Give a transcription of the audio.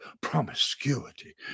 promiscuity